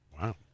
Wow